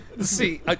see